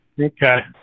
Okay